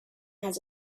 has